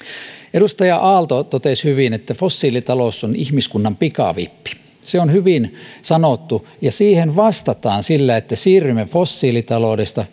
edustaja aalto totesi hyvin että fossiilitalous on ihmiskunnan pikavippi se on hyvin sanottu ja siihen vastataan sillä että siirrymme fossiilitaloudesta